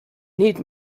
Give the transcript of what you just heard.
need